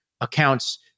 accounts